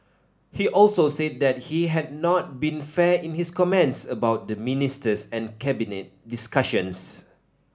he also said that he had not been fair in his comments about the ministers and Cabinet discussions